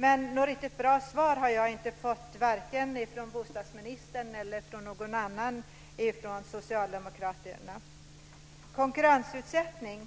Men något riktigt bra svar har jag inte fått, vare sig från bostadsministern eller från någon annan från Socialdemokraterna. Kokurrensutsättning